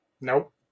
Nope